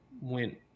went